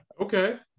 Okay